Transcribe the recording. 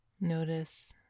Notice